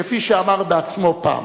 כפי שאמר בעצמו פעם,